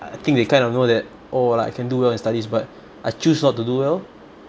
I think they kind of know that oh like I can do well in studies but I choose not to do well